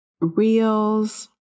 reels